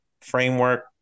framework